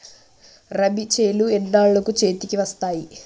రబీ చేలు ఎన్నాళ్ళకు చేతికి వస్తాయి?